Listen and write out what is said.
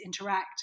interact